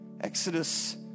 Exodus